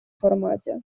формате